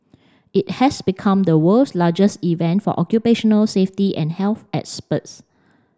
it has become the world's largest event for occupational safety and health experts